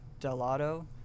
Delato